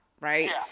right